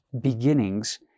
beginnings